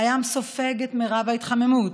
הים סופג את מרב ההתחממות,